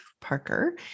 Parker